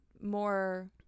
more